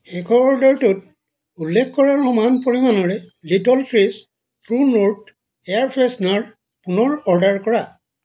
শেষৰ অৰ্ডাৰটোত উল্লেখ কৰাৰ সমান পৰিমাণৰে Little Trees True North air freshener পুনৰ অৰ্ডাৰ কৰা